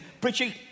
preaching